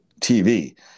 tv